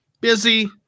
busy